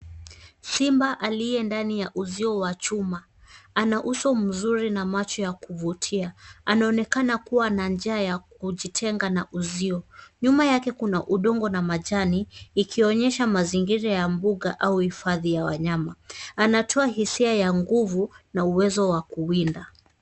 Simba aliye ndani ya uzio wa chuma ana uso mzuri na macho ya kuvutia anaonekana kuwa na njaa ya kujitenga na uzio nyuma yake kuna udongo na majani ikionyesha mazingira ya mbuga au hifadhi ya wanyama anatoa hisia ya nguvu na uwezo wa kuwinda.